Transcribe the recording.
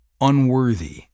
unworthy